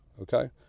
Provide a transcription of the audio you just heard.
Okay